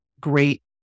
great